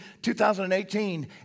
2018